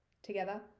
Together